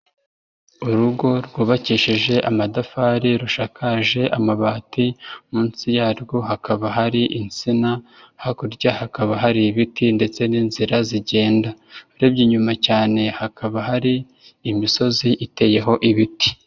Urugo rwubakishije amadafari rushakakaje amabati, munsi yarwo hakaba hari insina, hakurya hakaba hari ibiti ndetse n'inzira zigenda. Urebye inyuma cyane hakaba hari imisozi iteyeho ibiti.